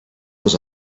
was